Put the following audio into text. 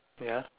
ya